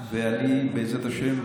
ובעזרת השם,